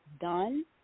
done